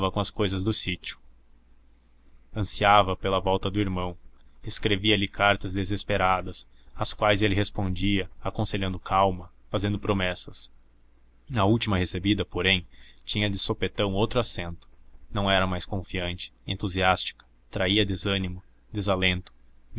com as cousas do sítio ansiava pela volta do irmão escrevia-lhe cartas desesperadas às quais ele respondia aconselhando calma fazendo promessas a última recebida porém tinha de sopetão outro acento não era mais confiante entusiástica traía desânimo desalento